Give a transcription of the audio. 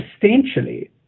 substantially